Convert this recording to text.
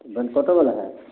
बंकटो बला होयत